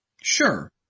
Sure